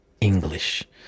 English